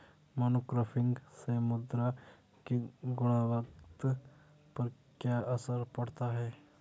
Monocropping से मृदा की गुणवत्ता पर क्या असर पड़ता है?